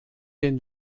den